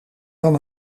van